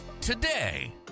today